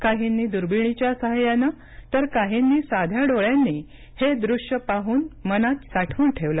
काहींनी दुर्बिणीच्या साहाय्यानं तर काहींनी साध्या डोळ्यांनी हे दृश्य पाहून मनात साठवून ठेवलं